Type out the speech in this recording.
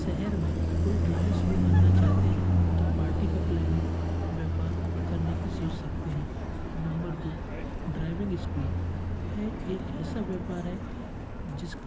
शहर में कोई बिजनेस शुरू करना चाहते हैं तो पार्टी की प्लेनिंग व्यापार करने की सोच सकते हैं नंबर दो ड्राइविंग इस्कूल यह एक ऐसा व्यापार है जिस